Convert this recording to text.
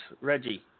Reggie